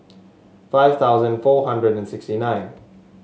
five thousand four hundred and sixty nine